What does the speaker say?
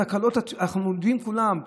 תקלות שאנחנו מכירים כולם,